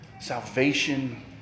Salvation